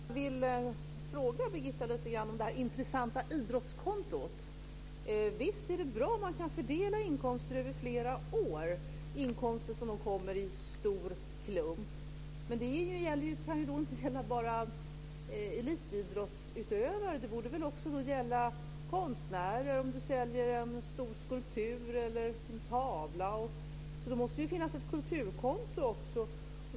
Herr talman! Jag vill fråga Birgitta lite grann om det här intressanta idrottskontot. Visst är det bra om man kan fördela inkomster över flera år, inkomster som kommer i en stor klump. Men det kan väl inte bara gälla elitidrottsutövare? Det borde väl också gälla en konstnär som säljer en stor skulptur eller en tavla? Det måste väl finnas ett kulturkonto också?